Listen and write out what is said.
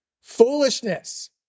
foolishness